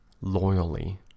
loyally